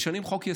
משנים חוק-יסוד,